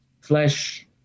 flesh